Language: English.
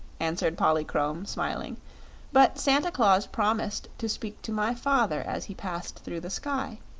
answered polychrome, smiling but santa claus promised to speak to my father as he passed through the sky.